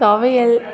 துவையல்